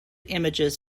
images